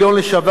זו הזדמנות